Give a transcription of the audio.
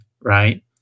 right